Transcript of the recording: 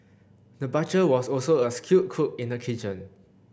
the butcher was also a skilled cook in the kitchen